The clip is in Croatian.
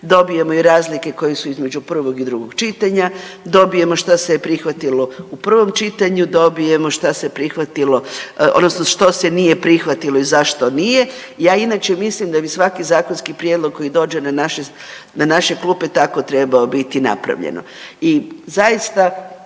dobijemo i razlike koje su između prvog i drugog čitanja, dobijemo što se je prihvatilo u prvom čitanju, dobijemo što se prihvatilo, odnosno što se nije prihvatilo i zašto nije. Ja inače mislim da bi svaki zakonski prijedlog koji dođe na naše klupe tako trebao biti napravljeno.